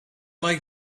like